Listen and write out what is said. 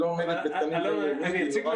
היא לא עומדת בתקנים בין-לאומיים --- אלון,